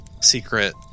secret